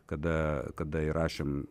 kada kada įrašėm